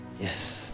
Yes